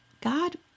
God